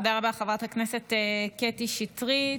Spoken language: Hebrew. תודה רבה, חברת הכנסת קטי שטרית.